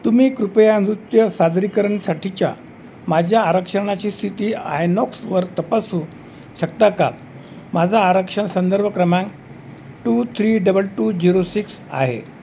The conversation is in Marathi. तुम्ही कृपया नृत्य सादरीकरणासाठीच्या माझ्या आरक्षणाची स्थिती आयनॉक्सवर तपासू शकता का माझा आरक्षण संदर्भ क्रमांक two three double two zero six आहे